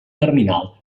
terminal